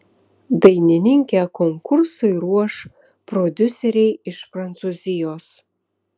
dainininkę konkursui ruoš prodiuseriai iš prancūzijos